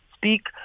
speak